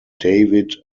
david